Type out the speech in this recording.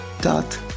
dot